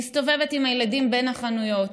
מסתובבת עם הילדים בין החנויות,